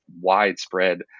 widespread